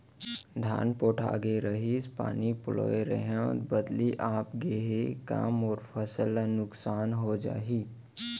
धान पोठागे रहीस, पानी पलोय रहेंव, बदली आप गे हे, का मोर फसल ल नुकसान हो जाही?